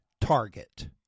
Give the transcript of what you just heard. Target